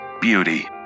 beauty